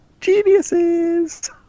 Geniuses